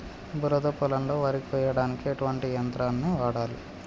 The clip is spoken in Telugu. బురద పొలంలో వరి కొయ్యడానికి ఎటువంటి యంత్రాన్ని వాడాలి?